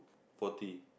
forty